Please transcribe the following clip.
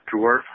dwarf